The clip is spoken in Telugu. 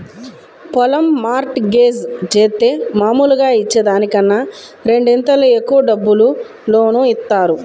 పొలం మార్ట్ గేజ్ జేత్తే మాములుగా ఇచ్చే దానికన్నా రెండింతలు ఎక్కువ డబ్బులు లోను ఇత్తారు